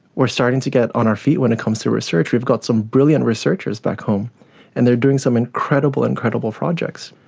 are starting to get on our feet when it comes to research, we've got some brilliant researchers back home and they are doing some incredible, incredible projects.